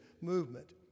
movement